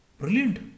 Brilliant